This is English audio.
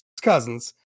cousins